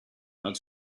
not